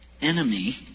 enemy